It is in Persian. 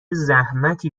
زحمتی